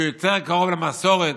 שהוא יותר קרוב למסורת,